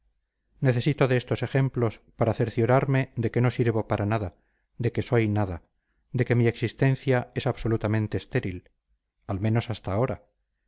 necesito de estos ejemplos para cerciorarme de que no sirvo para nada de que no soy nada de que mi existencia es absolutamente estéril al menos hasta ahora